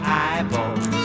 eyeballs